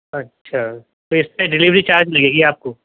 اچھا تو اس پہ ڈلیوری چارج لگے گی آپ کو